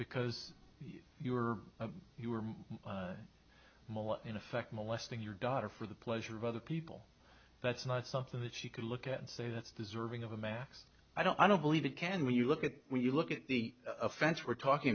because you were you were in effect molesting your daughter for the pleasure of other people that's not something that she could look at and say that deserving of a max i don't i don't believe it can when you look at when you look at the offense we're talking